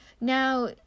Now